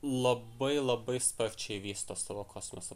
labai labai sparčiai vysto savo kosmoso